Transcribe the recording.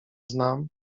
znam